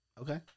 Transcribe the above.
Okay